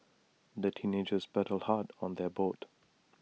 the teenagers paddled hard on their boat